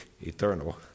eternal